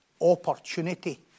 opportunity